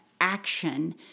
action